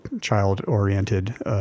child-oriented